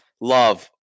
Love